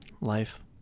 life